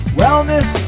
wellness